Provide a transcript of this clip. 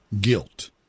guilt